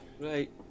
Right